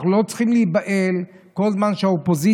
אנחנו לא צריכים להיבהל כל זמן שהאופוזיציה